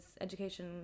education